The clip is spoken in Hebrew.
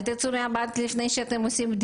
לא לצאת מהבית לפני בדיקה.